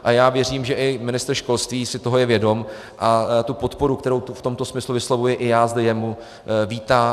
A já věřím, že i ministr školství si toho je vědom a tu podporu, kterou v tomto smyslu vyslovuji i já zde, jen uvítá.